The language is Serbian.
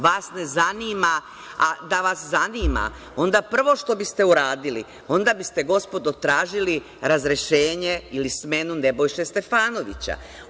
Vas ne zanima, da vas zanima onda prvo što biste uradili, onda biste, gospodo, tražili razrešenje ili smenu Nebojše Stefanovića.